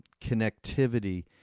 connectivity